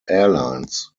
airlines